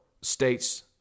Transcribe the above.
states